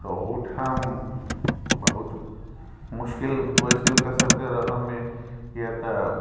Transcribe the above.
तऽ ओहूठाम बहुत मुश्किल होइ छै हुनकासभके रहयमे कियाक तऽ